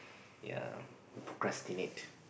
yea procrastinate